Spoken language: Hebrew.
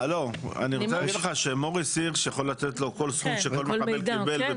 אני רוצה להגיד לך שמוריס הירש יכול לתת לו כל סכום שכל מחבל קיבל.